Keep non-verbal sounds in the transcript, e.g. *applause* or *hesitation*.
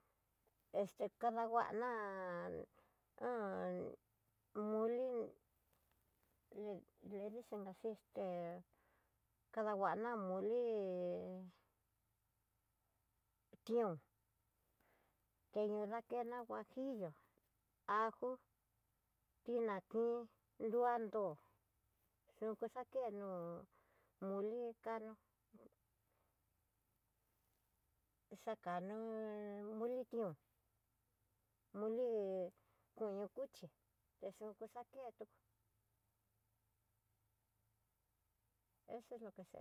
Este kadanguana han *hesitation* moli le dicen asi esté, *hesitation* kadanguana moli, he tión teño kena huajillo ajó pinakin, luandú yukuxakenó, kó moli kano xakanúu muli tión moli koño kuchí té xúi xakéto ese es lo que se.